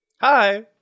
Hi